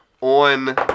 on